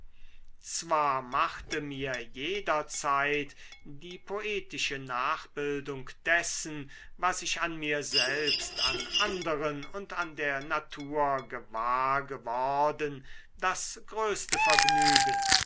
zwar machte mir jederzeit die poetische nachbildung dessen was ich an mir selbst an anderen und an der natur gewahr geworden das größte vergnügen